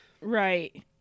right